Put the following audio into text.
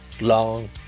long